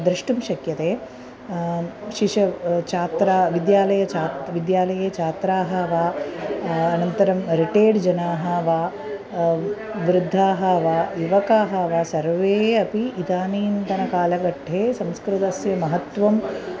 द्रष्टुं शक्यते शिशवः छात्राः विद्यालये छात्राः विद्यालये छात्राः वा अनन्तरं रिटैर्ड् जनाः वा वृद्धाः वा युवकाः वा सर्वे अपि इदानीन्तनकालगट्टे संस्कृतस्य महत्त्वं